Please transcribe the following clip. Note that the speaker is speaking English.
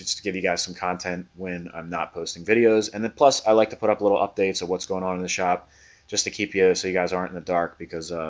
to give you guys some content when i'm not posting videos and then plus i like to put up little updates of what's going on in the shop just to keep you so you guys aren't in the dark because ah,